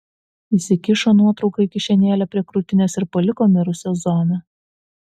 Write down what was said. įsikišo nuotrauką į kišenėlę prie krūtinės ir paliko mirusią zoną